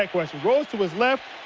that question. rolls to his left.